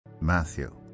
Matthew